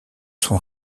son